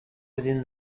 within